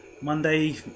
Monday